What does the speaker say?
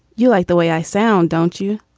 you like the way i sound, don't you?